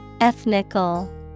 ETHNICAL